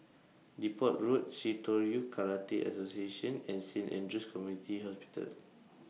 Depot Road Shitoryu Karate Association and Saint Andrew's Community Hospital